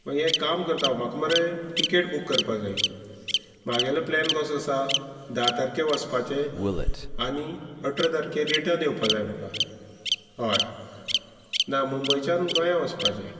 मागीर एक काम करता हांव म्हाका मरे टिकेट बूक करपा जाय म्हागेलो प्लॅन कसो आसा धा तारखेक वचपाचे आनी अठरा तारखेक रिटर्न येवपा जाय म्हाका हय ना मुंबयच्यान गोंया वचपाचें